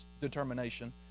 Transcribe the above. determination